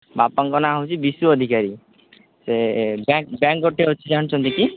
ବାପାଙ୍କ ନାଁ ହେଉଛି ବିଶୁ ଅଧିକାରୀ ସେ ବ୍ୟାଙ୍କ ବ୍ୟାଙ୍କ ଗୋଟେ ଅଛି ଜାଣିଛନ୍ତି କି